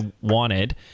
wanted